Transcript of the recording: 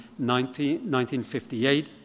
1958